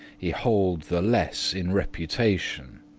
y-hold the less in reputation.